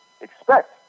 expect